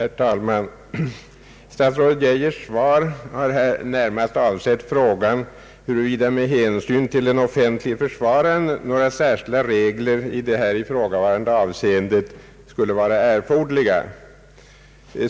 Herr talman! Statsrådet Geijers svar har närmast avsett frågan huruvida med hänsyn till den offentlige försvararen några särskilda regler i det här avseendet skulle vara erforderliga.